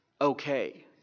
okay